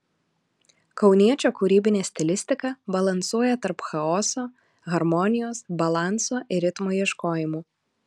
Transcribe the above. kauniečio kūrybinė stilistika balansuoja tarp chaoso harmonijos balanso ir ritmo ieškojimų